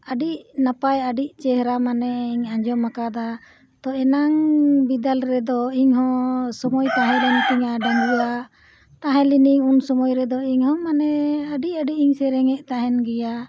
ᱟᱹᱰᱤ ᱱᱟᱯᱟᱭ ᱟᱹᱰᱤ ᱪᱮᱦᱨᱟ ᱢᱟᱱᱮᱧ ᱟᱸᱡᱚᱢ ᱟᱠᱟᱫᱟ ᱛᱚ ᱮᱱᱟᱱ ᱵᱤᱫᱟᱹᱞ ᱨᱮᱫᱚ ᱤᱧᱦᱚᱸ ᱥᱳᱢᱚᱭ ᱛᱟᱦᱮᱸᱞᱮᱱ ᱛᱤᱧᱟᱹ ᱰᱟᱺᱜᱩᱣᱟ ᱛᱟᱦᱮᱸᱞᱮᱱᱤᱧ ᱩᱱ ᱥᱳᱢᱳᱭ ᱨᱮᱫᱚ ᱤᱧᱦᱚᱸ ᱢᱟᱱᱮ ᱟᱹᱰᱤ ᱟᱹᱰᱤᱧ ᱥᱮᱨᱮᱧᱮᱫ ᱛᱟᱦᱮᱱ ᱜᱮᱭᱟ